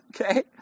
Okay